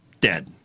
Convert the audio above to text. dead